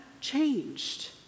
changed